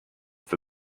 for